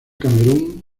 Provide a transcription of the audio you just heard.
camerún